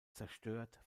zerstört